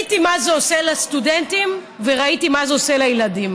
ראיתי מה זה עושה לסטודנטים וראיתי מה זה עושה לילדים.